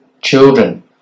children